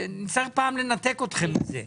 שנצטרך, יום אחד, לנתק אתכם מזה.